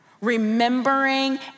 Remembering